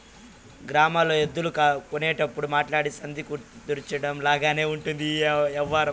గ్రామాల్లో ఎద్దులు కొనేటప్పుడు మాట్లాడి సంధి కుదర్చడం లాగానే ఉంటది ఈ యవ్వారం